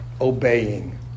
obeying